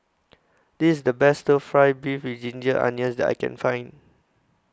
This IS The Best Fry Beef with Ginger Onions that I Can Find